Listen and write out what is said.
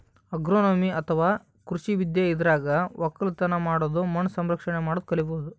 agronomy ಅಥವಾ ಕೃಷಿ ವಿದ್ಯೆ ಇದ್ರಾಗ್ ಒಕ್ಕಲತನ್ ಮಾಡದು ಮಣ್ಣ್ ಸಂರಕ್ಷಣೆ ಮಾಡದು ಕಲಿಬಹುದ್